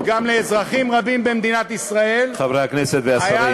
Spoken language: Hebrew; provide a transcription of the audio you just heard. גם לאזרחים רבים במדינת ישראל -- חברי הכנסת והשרים.